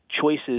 choices